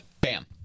Bam